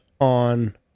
on